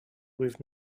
with